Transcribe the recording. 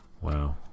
Wow